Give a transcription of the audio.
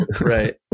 Right